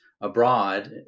abroad